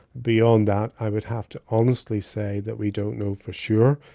beyond that i would have to honestly say that we don't know for sure.